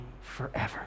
forever